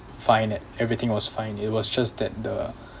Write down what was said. fine it everything was fine it was just that the